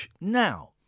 Now